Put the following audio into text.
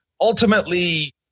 ultimately